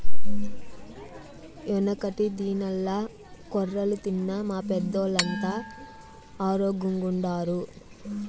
యెనకటి దినాల్ల కొర్రలు తిన్న మా పెద్దోల్లంతా ఆరోగ్గెంగుండారు